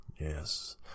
Yes